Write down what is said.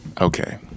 Okay